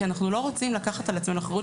כי אנחנו לא רוצים לקחת על עצמנו אחריות